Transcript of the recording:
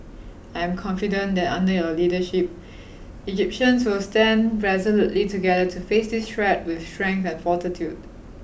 I am confident that under your leadership Egyptians will stand resolutely together to face this threat with strength and fortitude